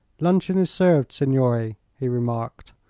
luncheon is served, signore, he remarked.